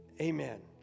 amen